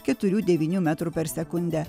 keturių devynių metrų per sekundę